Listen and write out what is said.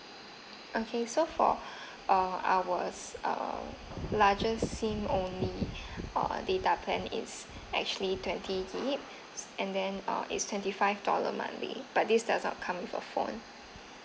okay so for uh ours uh largest S_I_M only uh data plan is actually twenty gig and then uh is twenty five dollar monthly but this doesn't come with a phone